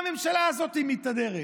במה הממשלה הזאת מתהדרת?